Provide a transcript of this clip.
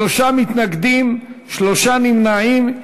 שלושה מתנגדים, שלושה נמנעים.